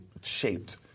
shaped